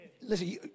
listen